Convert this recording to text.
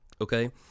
Okay